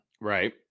Right